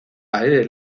aire